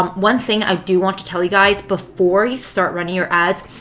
um one thing i do want to tell you guys, before you start running your ads,